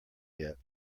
yet